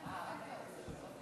בבקשה.